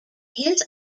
his